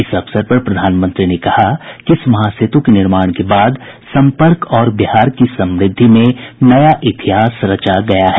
इस अवसर पर प्रधानमंत्री ने कहा कि इस महासेतु के निर्माण के बाद सम्पर्क और बिहार की समृद्धि में नया इतिहास रचा गया है